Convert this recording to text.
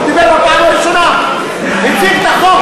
הוא דיבר בפעם הראשונה, הציג את החוק.